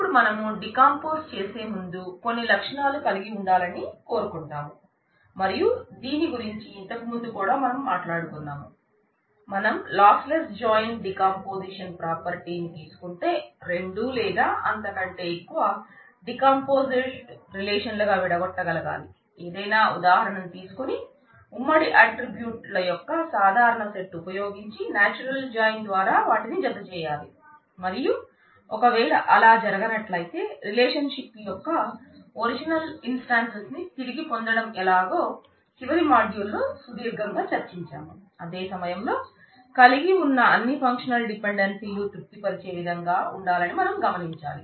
ఇప్పుడు మనం డీకంపోజ్లు తృప్తి పరిచే విధంగా గా ఉండాలని మనం గమనించాలి